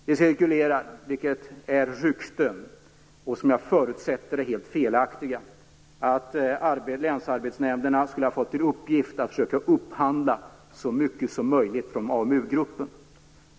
Det cirkulerar rykten, som jag förutsätter är helt felaktiga, om att länsarbetsnämnderna skulle ha fått till uppgift att försöka upphandla så mycket som möjligt från AMU-gruppen.